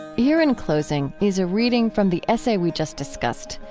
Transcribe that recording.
here in closing is a reading from the essay we just discussed,